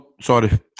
Sorry